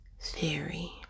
Theory